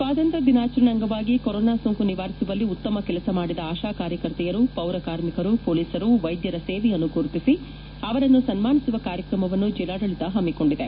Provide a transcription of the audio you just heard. ಸ್ನಾತಂತ್ರ ದಿನಾಚರಣೆ ಅಂಗವಾಗಿ ಕೊರೊನಾ ಸೋಂಕು ನಿವಾರಿಸುವಲ್ಲಿ ಉತ್ತಮ ಕೆಲಸ ಮಾಡಿದ ಆಶಾ ಕಾರ್ಯಕರ್ತೆಯರು ಪೌರ ಕಾರ್ಮಿಕರು ಪೊಲೀಸರು ವೈದ್ಯರ ಸೇವೆಯನ್ನು ಗುರುತಿಸಿ ಅವರನ್ನು ಸನ್ನಾನಿಸುವ ಕಾರ್ಯಕ್ರಮವನ್ನು ಬೆಲ್ಲಾಡಳಿತ ಹಮ್ನಿಕೊಂಡಿದೆ